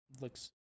Looks